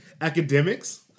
Academics